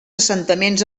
assentaments